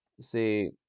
see